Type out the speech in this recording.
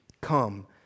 Come